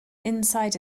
inside